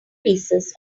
pieces